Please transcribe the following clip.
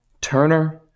Turner